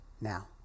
now